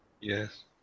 Yes